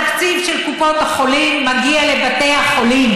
התקציב של קופות החולים מגיע לבתי החולים.